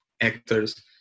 actors